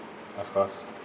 of course